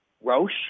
Roche